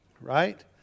Right